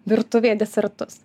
virtuvėje desertus